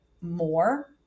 more